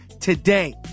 today